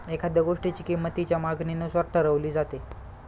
एखाद्या गोष्टीची किंमत तिच्या मागणीनुसार ठरवली जाते